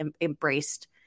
embraced